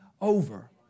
over